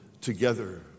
together